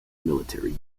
military